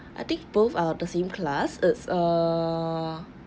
I think both are the same class it's err